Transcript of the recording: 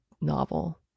novel